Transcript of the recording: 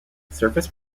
service